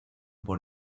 por